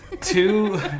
Two